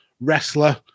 wrestler